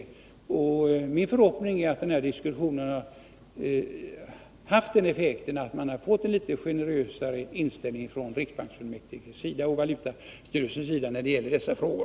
Min förhoppning är att den här diskussionen har gett den effekten, att riksbanksfullmäktige och valutastyrelsen får en något generösare inställning till dessa frågor.